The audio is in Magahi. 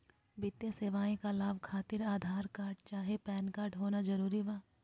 वित्तीय सेवाएं का लाभ खातिर आधार कार्ड चाहे पैन कार्ड होना जरूरी बा?